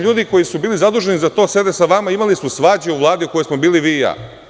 Ljudi koji su bili zaduženi za to, sede sa vama, imali su svađu u Vladi u kojoj smo bili vi i ja.